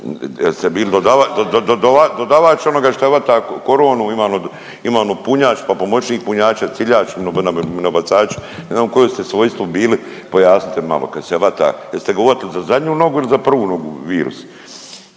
ste bili dodavač onoga šta vata coronu, ima onu punjač pa pomoćnik punjača, ciljać na minobacaču, ne znam u kojem ste svojstvu bili pojasnite mi malo kad se vata, jeste ga uvatili za zadnju nogu ili za prvu nogu virus.